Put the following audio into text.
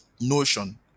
notion